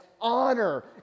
honor